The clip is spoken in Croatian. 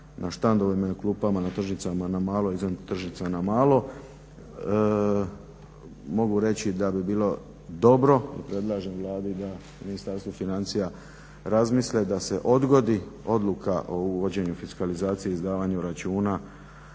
na štandovima i klupama na tržnicama na malo i izvan tržnica na malo mogu reći da bi bilo dobro i predlažem Vladi i Ministarstvu financija da razmisle da se odgodi odluka o uvođenju fiskalizacije i izdavanju računa